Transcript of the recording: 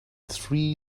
three